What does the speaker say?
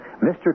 Mr